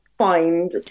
Find